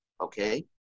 okay